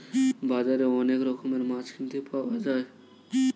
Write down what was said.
বাজারে অনেক রকমের মাছ কিনতে পাওয়া যায়